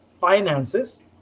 finances